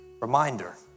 reminder